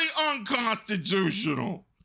Unconstitutional